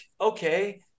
okay